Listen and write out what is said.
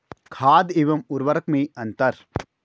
खाद एवं उर्वरक में अंतर?